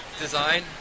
design